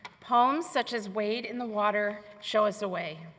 poems such as wade in the water show us a way.